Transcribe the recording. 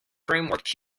framework